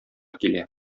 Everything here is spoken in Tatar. килә